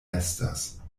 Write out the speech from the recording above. estas